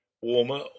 warmer